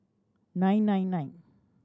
nine nine nine